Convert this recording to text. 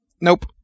Nope